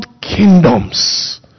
kingdoms